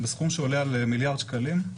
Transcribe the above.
בסכום שעולה על מיליארד שקלים.